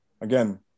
again